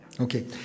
Okay